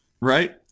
right